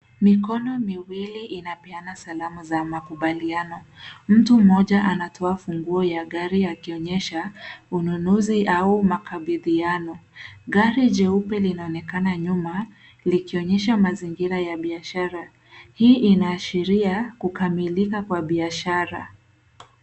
Mikono miwili inapeana salamu za makubaliano. Mtu mmoja anatoa funguo ya gari akionyesha ununuzi au makabidhiano. Gari jeupe linaonekana nyuma likionyesha mazingira ya biashara. Hii inaashiria kukamilika kwa biashara.